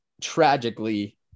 tragically